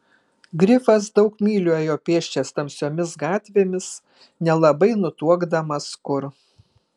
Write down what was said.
grifas daug mylių ėjo pėsčias tamsiomis gatvėmis nelabai nutuokdamas kur